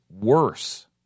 worse